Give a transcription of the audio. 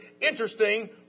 interesting